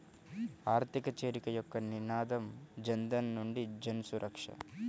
ఆర్థిక చేరిక యొక్క నినాదం జనధన్ నుండి జన్సురక్ష